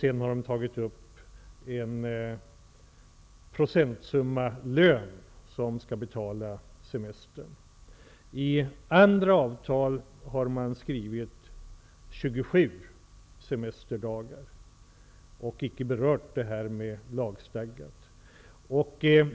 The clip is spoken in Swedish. Sedan har man tagit upp en procentsumma lön som skall betala semestern. I andra avtal har man skrivit in 27 semesterdagar och icke berört det här med lagstadgat.